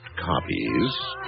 copies